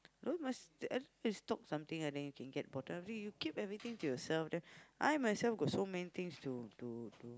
you all must at least talk something ah then you can get about you keep everything to yourself then I myself got so many things to to to